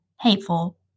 hateful